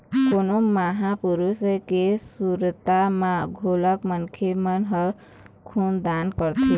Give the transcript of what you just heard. कोनो महापुरुष के सुरता म घलोक मनखे मन ह खून दान करथे